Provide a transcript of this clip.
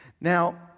Now